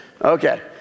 Okay